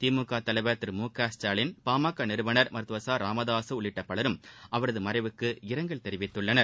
திமுக தலைவர் திரு மு க ஸ்டாலின் பாமக நிறுவனர் மருத்தவர் ச ராமதாசு உள்ளிட்ட பலரும் அவரது மறைவுக்கு இரங்கல் தெரிவித்துள்ளனர்